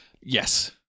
Yes